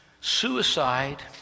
Suicide